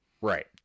Right